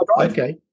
Okay